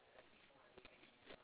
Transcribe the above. ya ya ya